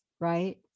Right